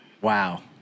Wow